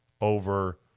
over